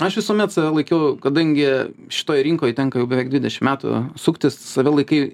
aš visuomet save laikiau kadangi šitoj rinkoj tenka jau beveik dvidešimt metų suktis save laikai